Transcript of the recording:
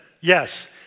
yes